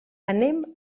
anem